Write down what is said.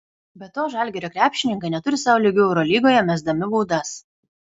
be to žalgirio krepšininkai neturi sau lygių eurolygoje mesdami baudas